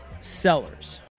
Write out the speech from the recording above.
sellers